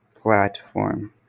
platform